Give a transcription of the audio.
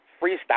freestyle